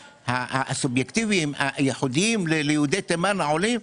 הסובייקטיביים הייחודיים ליהודי תימן העולים,